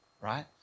right